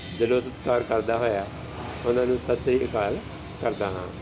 ਦਿਲੋਂ ਸਤਿਕਾਰ ਕਰਦਾ ਹੋਇਆ ਉਹਨਾਂ ਨੂੰ ਸਤਿ ਸ਼੍ਰੀ ਅਕਾਲ ਕਰਦਾ ਹਾਂ